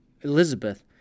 Elizabeth